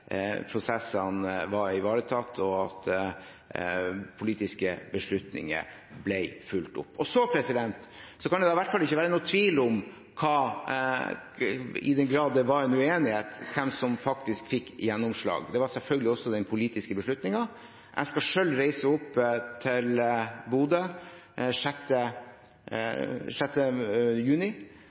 prosessene var ivaretatt, og at politiske beslutninger ble fulgt opp. Det kan i hvert fall ikke være noen tvil – i den grad det var en uenighet – om hvem som faktisk fikk gjennomslag. Det var selvfølgelig den politiske beslutningen. Jeg skal selv reise opp til Bodø 6. juni